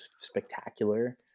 spectacular